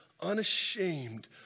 unashamed